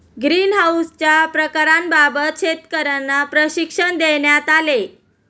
ग्रीनहाउसच्या प्रकारांबाबत शेतकर्यांना प्रशिक्षण देण्यात आले